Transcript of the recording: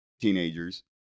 Teenagers